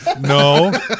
No